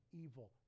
evil